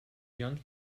young